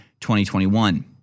2021